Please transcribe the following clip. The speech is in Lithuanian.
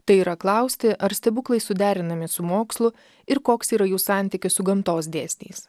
tai yra klausti ar stebuklai suderinami su mokslu ir koks yra jų santykis su gamtos dėsniais